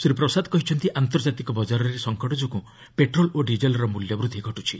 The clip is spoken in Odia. ଶ୍ରୀ ପ୍ରସାଦ କହିଛନ୍ତି ଆନ୍ତର୍ଜାତିକ ବଜାରରେ ସଂକଟ ଯୋଗୁଁ ପେଟ୍ରୋଲ୍ ଓ ଡିଜେଲ୍ର ମିଲ୍ୟ ବୃଦ୍ଧି ଘଟିଛି